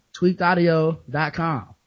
TweakedAudio.com